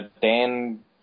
Dan